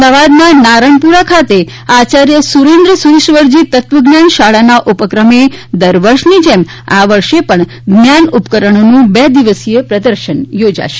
અમદાવાદના નારણપુરા ખાતે આચાર્ય સુરેન્દ્ર સૂરીશ્વરજી તત્વજ્ઞાન શાળાના ઉપક્રમે દર વર્ષની જેમ આ વર્ષે પણ જ્ઞાન ઉપકરણોનું બે દિવસીય પ્રદર્શન યોજાશે